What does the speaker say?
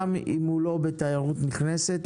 גם אם הוא לא בתיירות נכנסת,